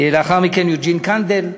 לאחר מכן יוג'ין קנדל.